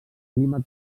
clima